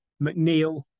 McNeil